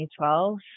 2012